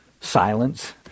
silence